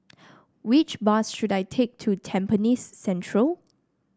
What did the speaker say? which bus should I take to Tampines Central